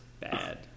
bad